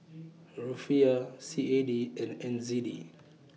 Rufiyaa C A D and N Z D